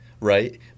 right